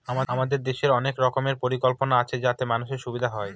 আমাদের দেশের অনেক রকমের পরিকল্পনা আছে যাতে মানুষের সুবিধা হয়